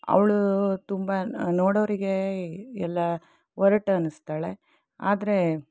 ಅವಳು ತುಂಬ ನೋಡೋರಿಗೆ ಎಲ್ಲ ಒರಟು ಅನ್ನಿಸ್ತಾಳೆ ಆದರೆ